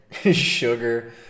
Sugar